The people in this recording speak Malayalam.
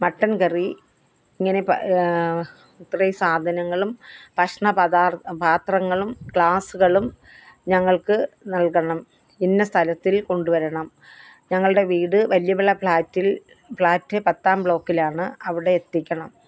മട്ടൻ കറി ഇങ്ങനെ പ ഇത്രയും സാധനങ്ങളും ഭക്ഷണപദാർ പാത്രങ്ങളും ഗ്ലാസ്സുകളും ഞങ്ങൾക്ക് നൽകണം ഇന്ന സ്ഥലത്തിൽ കൊണ്ടുവരണം ഞങ്ങളുടെ വീട് വലിയവിള ഫ്ലാറ്റിൽ ഫ്ലാറ്റ് പത്താം ബ്ലോക്കിലാണ് അവിടെ എത്തിക്കണം